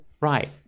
Right